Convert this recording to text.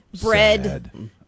bread